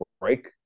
break